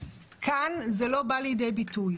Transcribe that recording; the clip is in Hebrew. כאן זה לא בא לידי ביטוי.